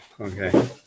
Okay